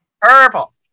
purple